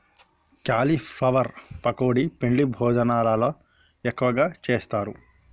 cauliflower pakodi పెండ్లి భోజనాలల్ల ఎక్కువగా చేస్తారు